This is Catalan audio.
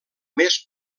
més